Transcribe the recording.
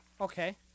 Okay